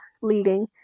leading